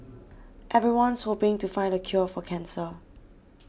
everyone's hoping to find the cure for cancer